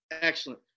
Excellent